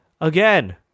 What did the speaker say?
again